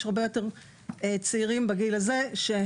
יש הרבה צעירים בגיל הזה,